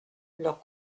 leur